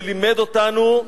שלימד אותנו,